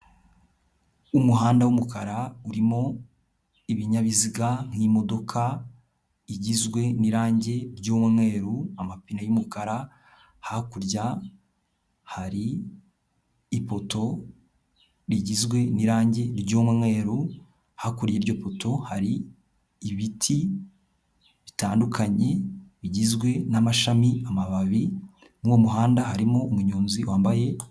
Umuhanda w'umukara, urimo ibinyabiziga nk'imodoka, igizwe n'irangi ry'umweru, amapine y'umukara, hakurya hari ipoto rigizwe n'irangi ry'umweru, hakurya y'iryo poto hari ibiti bitandukanye, bigizwe n'amashami, amababi, muri uwo muhanda harimo umunyonzi wambaye...